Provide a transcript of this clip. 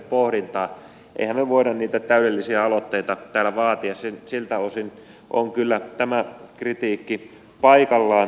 emmehän me voi niitä täydellisiä aloitteita täällä vaatia siltä osin on kyllä tämä kritiikki paikallaan